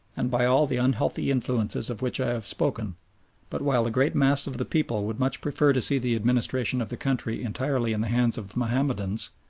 and by all the unhealthy influences of which i have spoken but while the great mass of the people would much prefer to see the administration of the country entirely in the hands of mahomedans,